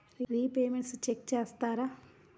Repayments check చేస్తారా?